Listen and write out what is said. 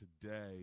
today